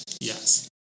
Yes